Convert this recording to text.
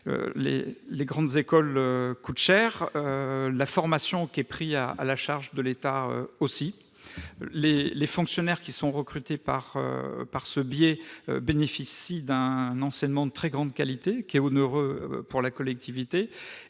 Les grandes écoles coûtent cher, tout comme la formation qui est à la charge de l'État. Les fonctionnaires qui sont recrutés par ce biais bénéficient d'un enseignement de très grande qualité, onéreux donc pour la collectivité.